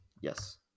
Yes